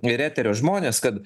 ir eterio žmones kad